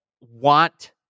want